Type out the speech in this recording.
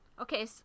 Okay